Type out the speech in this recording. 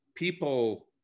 People